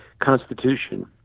Constitution